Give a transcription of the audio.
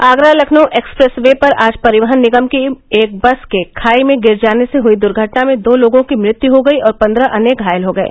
Agra Lucknow expressway पर आज परिवहन निगम की एक बस के खाई में गिर जाने से हुई दुर्घटना में दो लोगों की मृत्यू हो गयी और पंद्रह अन्य घायल हो गये